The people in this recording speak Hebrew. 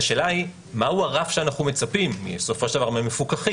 השאלה היא מה הוא הרף שאנחנו מצפים בסופו של דבר ממפוקחים,